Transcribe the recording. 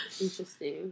Interesting